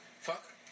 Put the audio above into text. fuck